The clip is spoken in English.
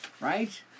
right